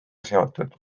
seotud